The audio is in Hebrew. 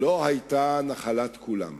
לא היתה נחלת כולם.